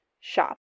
shop